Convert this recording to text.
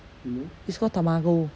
it's called tamago